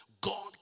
God